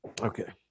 okay